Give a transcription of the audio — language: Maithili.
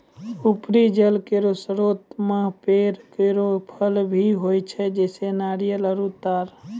उपरी जल केरो स्रोत म पेड़ केरो फल भी होय छै, जैसें नारियल आरु तार